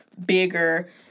bigger